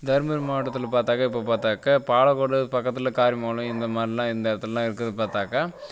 தருமபுரி மாவட்டத்தில் பார்த்தாக்கா இப்போ பார்த்தாக்கா பாலக்கோடு அது பக்கத்தில் காரியமங்கலம் இந்தமாதிரிலாம் இந்த இடத்துலலாம் இருக்கிறது பார்த்தாக்கா